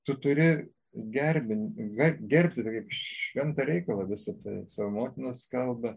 tu turi gerbin ger gerbti kaip šventą reikalą visą tą savo motinos kalbą